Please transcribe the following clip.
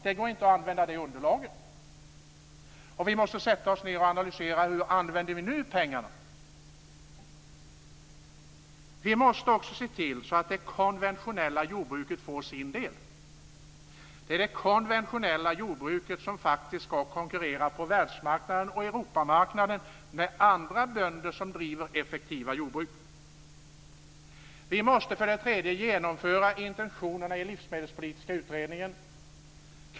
Det går inte att använda det underlaget. Det är ju det konventionella jordbruket som ska konkurrera på världsmarknaden och på Europamarknaden med andra bönder som driver effektiva jordbruk.